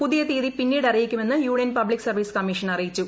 പുതിയ തീയതി പിന്നീട് അറിയിക്കുമെന്ന് യൂണിയൻ പബ്ളിക് സർവീസ് കമ്മീഷൻ അറിയിച്ചു